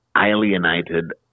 alienated